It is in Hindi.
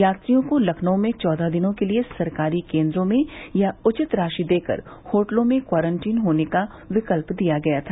यात्रियों को लखनऊ में चौदह दिनों के लिए सरकारी केंन्द्रों में या उचित राशि देकर होटलों में क्वारंटीन होने का विकल्प दिया गया था